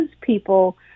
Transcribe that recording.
people